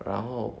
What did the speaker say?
然后